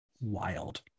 Wild